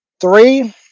Three